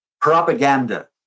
propaganda